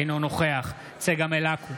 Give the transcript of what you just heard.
אינו נוכח צגה מלקו